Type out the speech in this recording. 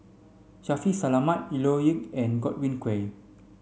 Shaffiq Selamat Leo Yip and Godwin Koay